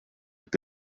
have